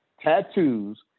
tattoos